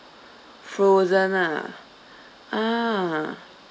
frozen lah ah